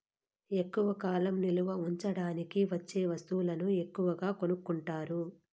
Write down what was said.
ఎక్కువ కాలం నిల్వ ఉంచడానికి వచ్చే వస్తువులను ఎక్కువగా కొనుక్కుంటారు